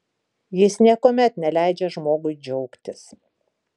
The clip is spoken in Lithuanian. jis niekuomet neleidžia žmogui džiaugtis